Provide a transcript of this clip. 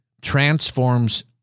transforms